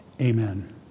Amen